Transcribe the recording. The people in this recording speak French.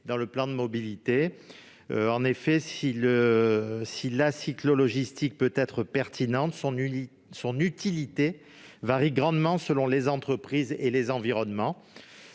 ainsi explicitement désigné. En effet, si la cyclo-logistique peut être pertinente, son utilité varie grandement selon les entreprises et les environnements.